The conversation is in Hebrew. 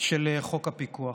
של חוק הפיקוח.